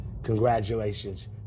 Congratulations